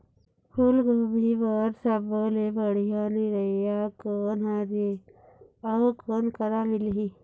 फूलगोभी बर सब्बो ले बढ़िया निरैया कोन हर ये अउ कोन करा मिलही?